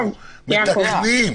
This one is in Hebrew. אנחנו מתקנים.